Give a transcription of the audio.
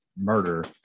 murder